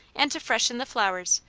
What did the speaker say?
and to freshen the flowers,